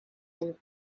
can